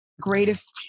Greatest